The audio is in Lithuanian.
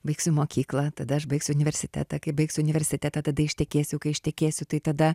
baigsiu mokyklą tada aš baigsiu universitetą kai baigsiu universitetą tada ištekėsiu kai ištekėsiu tai tada